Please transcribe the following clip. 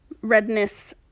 redness